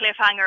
cliffhanger